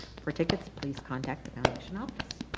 for tickets, please contact the foundation office.